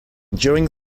during